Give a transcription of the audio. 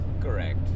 Correct